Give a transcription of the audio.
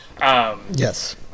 Yes